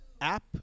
app